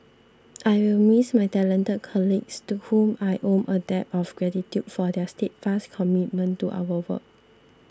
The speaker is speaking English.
I'll miss my talented colleagues to whom I owe a debt of gratitude for their steadfast commitment to our work